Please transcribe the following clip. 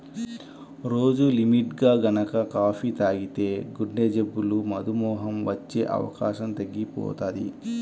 రోజూ లిమిట్గా గనక కాపీ తాగితే గుండెజబ్బులు, మధుమేహం వచ్చే అవకాశం తగ్గిపోతది